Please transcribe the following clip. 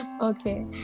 Okay